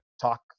talk